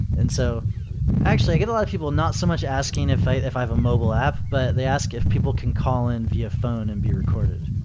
and so actually, i get a lot of people not so much asking if i if i have a mobile app, but they ask if people can call in via phone and be recorded,